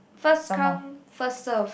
first come first served